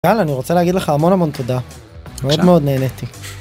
יאללה אני רוצה להגיד לך המון המון תודה מאוד מאוד נהניתי